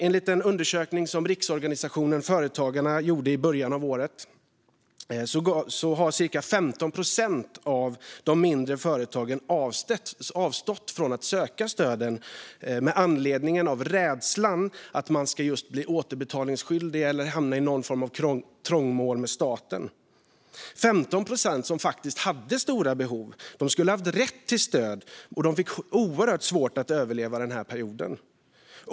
Enligt en undersökning som riksorganisationen Företagarna gjorde i början av året har cirka 15 procent av de mindre företagen avstått från att söka stöd med anledning av rädsla för att man ska bli återbetalningsskyldig eller hamna i någon form av trångmål med staten. Det var 15 procent som faktiskt hade stora behov, hade rätt till stöd och fick oerhört svårt att överleva den här perioden.